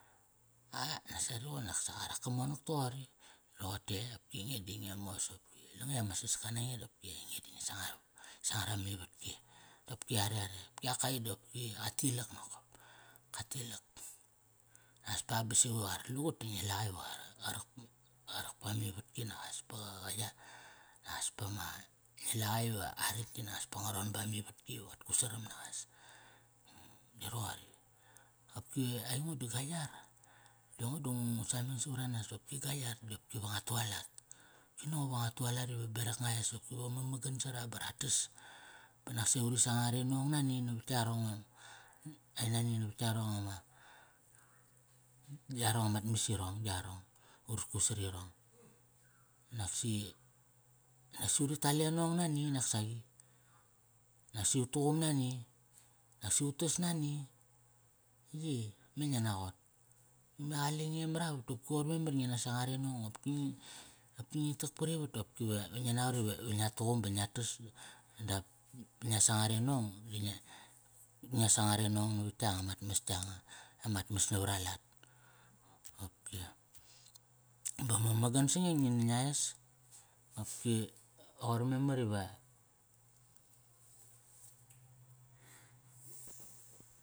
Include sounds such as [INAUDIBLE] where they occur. Ah, nakasa ri ququn i nak sa qarak ka monak toqori, Roqote e, qopki nge di nge mos opki. Langatk i ama saska nange da opki ainge di ngi sangar, ngik sangar amivatki. Da opki are are, opki ak kai di opki qa tilak nokop. Ka tilak, naqas pa ba sivuk i va qa rat lugut, di ngi la qa rak, qa rak pa mivatki naqas, ba qa, qa yar. Naqas pa ma, ngi la qa iva a ratk ti nas pa nga ron bamivatki. Va qat kut saram naqas. [HESITATION] Di roqori. Qopki aingo di ga yar, di ngo di nga sameng savaranas i opki ga yar di qopki va nga tualat. Ki nani ango iva nga tualat iva berak nga es i opki va mamagan sara ba ratas. Ba nasi uri sangar e nong nani navat yarong ama ai nani navat yarong ama, yarong amat mas irong yarong. Ut kut sarirong. Naksi nasi uri tal e nong nani naksaqi. Nasi ut tuqum nani. Nasi ut tas nani. Yi, me ngia naqot? Me qalenge mar avat dopki qoir memar ngi na sangar e nong opki ngi, opki ngi tak parivat dopki ve ve ngia naqot ve ngia tuqum ba ngia tas. Dap ngia sangar e nong, di ngia, ngia sangar e nong navat yanga mat mas yanga. Amat mas navar alat, qopki. [NOISE] Ba mamagan sange ngi na ngia es. Qopki qoir memar ive.